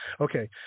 okay